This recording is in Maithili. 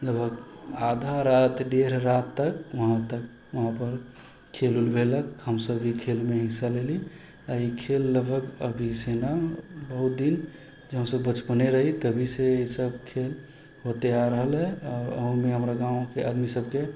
लगभग आधा राति देर राति तक वहाँ वहाँपर खेल उल भेलक हमसब भी खेलमे हिस्सा लेली आओर ई खेल लगभग अभीसँ नहि बहुत दिन जब हमसब बचपने रही तभीसँ ईसब खेल होते आबि रहलै हमरा गाँवके आदमी सबके